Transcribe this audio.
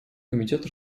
комитет